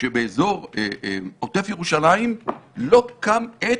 שבאזור עוטף ירושלים לא קם עץ,